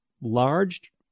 large